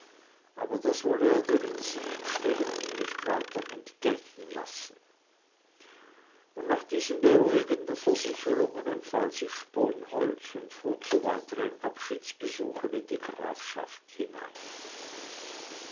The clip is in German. aber das wolle er den insichtstehenden nicht weiter entgelten lassen und nach diesen beruhigenden versicherungen empfahl sich sponholz und fuhr zu weiteren abschiedsbesuchen in die grafschaft hinein